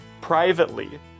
privately